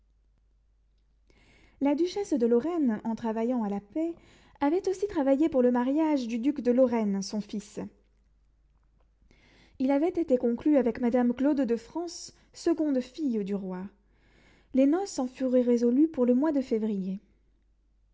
la duchesse de lorraine en travaillant à la paix avait aussi travaillé pour le mariage du duc de lorraine son fils il avait été conclu avec madame claude de france seconde fille du roi les noces en furent résolues pour le mois de février